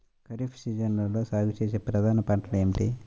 ఖరీఫ్ సీజన్లో సాగుచేసే ప్రధాన పంటలు ఏమిటీ?